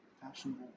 fashionable